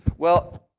well,